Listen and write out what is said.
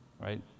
right